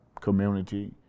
community